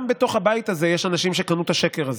גם בתוך הבית הזה יש אנשים שקנו את השקר הזה.